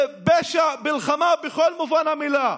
זה פשע מלחמה במלוא מובן המילה.